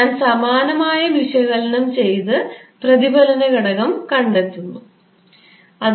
ഞാൻ സമാനമായ വിശകലനം ചെയ്തു പ്രതിഫലന ഘടകം എന്താണെന്ന് കണ്ടെത്തും നിങ്ങൾക്ക് അതേ കാര്യം തന്നെ ലഭിക്കും